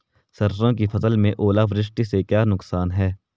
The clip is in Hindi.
सरसों की फसल में ओलावृष्टि से क्या नुकसान है?